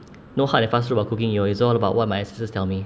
no hard and fast rule about cooking yo it's all about what my sisters tell me